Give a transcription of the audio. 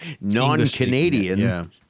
non-Canadian